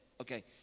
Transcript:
okay